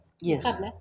Yes